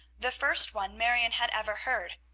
the first one marion had ever heard.